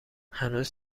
هنوز